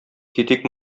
китик